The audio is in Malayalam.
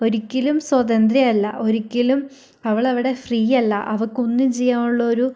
ഒരിക്കലും സ്വതന്ത്രയല്ല ഒരിക്കലും അവളവിടെ ഫ്രീയല്ല അവൾക്ക് ഒന്നും ചെയ്യാനുള്ളൊരു